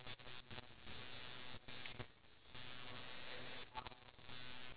scared or not I'm just so interested to see you be that way